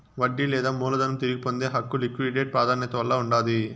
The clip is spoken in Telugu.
వడ్డీ లేదా మూలధనం తిరిగి పొందే హక్కు లిక్విడేట్ ప్రాదాన్యతల్ల ఉండాది